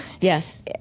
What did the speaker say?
Yes